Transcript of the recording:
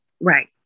Right